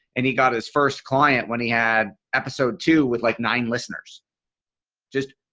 and he got his first client when he had episode two with like nine listeners just.